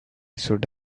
should